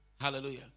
Hallelujah